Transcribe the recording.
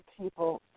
people